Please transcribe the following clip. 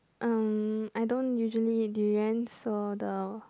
um I don't usually eat durian so the